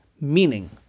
meaning